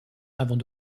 avant